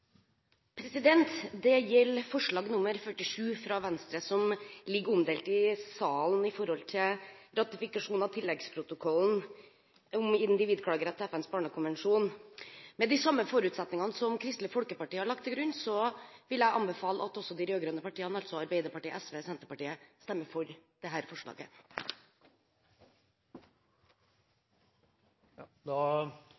Det gjelder forslag nr. 47, fra Venstre, om «ratifikasjon av tilleggsprotokollen om individklagerett til FNs barnekonvensjon», som er omdelt i salen. Med de samme forutsetningene som Kristelig Folkeparti har lagt til grunn, vil jeg anbefale at også de rød-grønne partiene – altså Arbeiderpartiet, SV og Senterpartiet – stemmer for dette forslaget. Da oppfatter presidenten at det